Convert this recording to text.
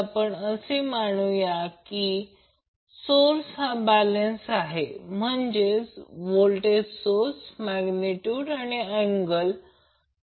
तर समजा हे a आहे आणि हे b आहे आणि या फेज a मधून करंट वाहतो आहे तो Ia आहे आणि व्होल्टेज प्रत्यक्षात ते येथून इथे दिसते आहे हे a आहे c हे कनेक्ट केलेले आहे हे आपण पुढील आकृतीत पाहू